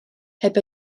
heb